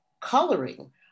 coloring